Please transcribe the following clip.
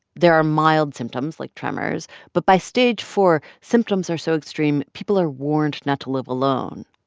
there are mild symptoms like tremors, but by stage four, symptoms are so extreme, people are warned not to live alone.